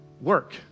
work